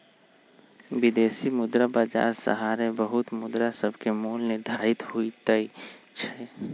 विदेशी मुद्रा बाजार सहारे बहुते मुद्रासभके मोल निर्धारित होतइ छइ